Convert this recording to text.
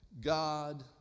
God